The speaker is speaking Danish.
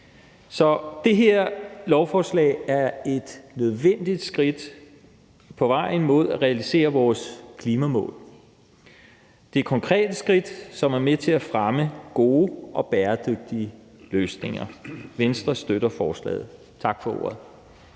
Så det her lovforslag er et nødvendigt skridt på vejen mod at realisere vores klimamål. Det er konkrete skridt, som er med til at fremme gode og bæredygtige løsninger. Venstre støtter forslaget. Tak for ordet.